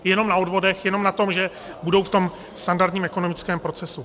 Jenom na odvodech, jenom na tom, že budou v tom standardním ekonomickém procesu.